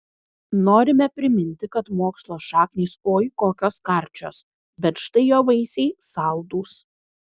norime priminti kad mokslo šaknys oi kokios karčios bet štai jo vaisiai saldūs